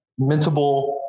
Mintable